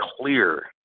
clear